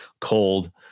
cold